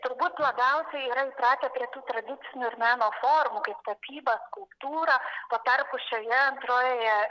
turbūt labiausiai yra įpratę prie tradicinių ir meno formų kaip tapyba skulptūra tuo tarpu šioje antrojoje